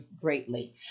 greatly